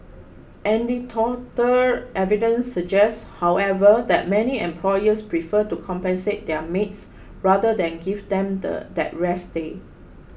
anecdotal evidence suggests however that many employers prefer to compensate their maids rather than give them the that rest day